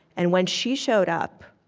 and when she showed up